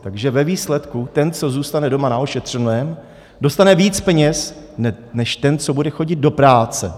Takže ve výsledku, ten, co zůstane doma na ošetřovném, dostane víc peněz než ten, co bude chodit do práce.